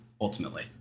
ultimately